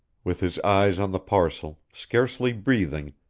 with his eyes on the parcel, scarcely breathing,